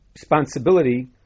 responsibility